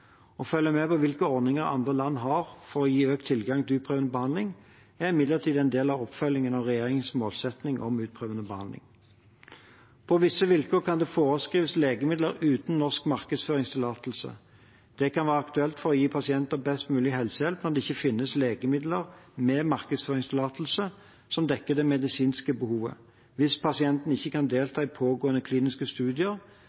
Å følge med på hvilke ordninger andre land har for å gi økt tilgang til utprøvende behandling, er imidlertid en del av oppfølgingen av regjeringens målsetting om utprøvende behandling. På visse vilkår kan det foreskrives legemidler uten norsk markedsføringstillatelse. Det kan være aktuelt for å gi pasienter best mulig helsehjelp når det ikke finnes legemidler med markedsføringstillatelse som dekker det medisinske behovet, hvis pasienten ikke kan